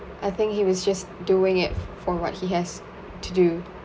I think he was just doing it for what he has to do